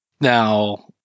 Now